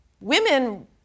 women